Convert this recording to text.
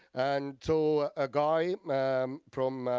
and so, a guy from,